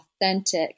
authentic